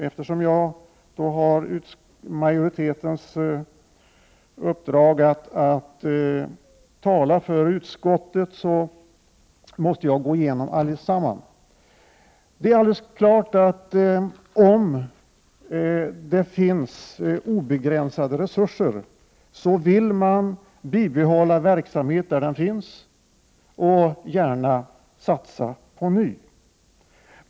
Eftersom jag har majoritetens uppdrag att tala för utskottet, måste jag gå igenom allesamman. Det är alldeles klart, att om det finns obegränsade resurser vill man bibehålla verksamhet där den finns och gärna satsa på ny.